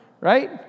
Right